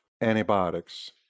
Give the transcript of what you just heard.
antibiotics